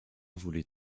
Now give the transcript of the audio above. voulait